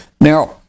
Now